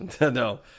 No